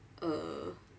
uh